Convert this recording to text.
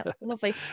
lovely